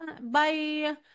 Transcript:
Bye